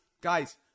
guys